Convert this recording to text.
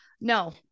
No